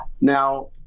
Now